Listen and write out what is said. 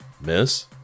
Miss